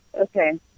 Okay